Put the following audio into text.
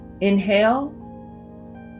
Inhale